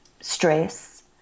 stress